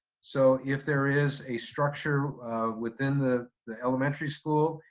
so if there is a structure within the the elementary school